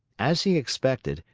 as he expected,